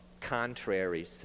contrary